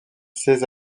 ses